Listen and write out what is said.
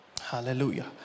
hallelujah